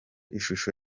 ishusho